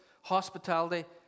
hospitality